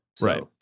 right